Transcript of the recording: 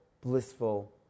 Blissful